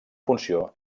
funció